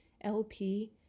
LP